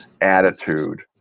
attitude